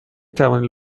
توانید